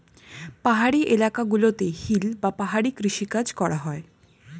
পাহাড়ি এলাকা গুলোতে হিল বা পাহাড়ি কৃষি কাজ করা হয়